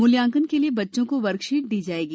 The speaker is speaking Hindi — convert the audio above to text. मूल्यांकन के लिए बच्चों को वर्कशीट दी जाएगी